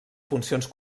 funcions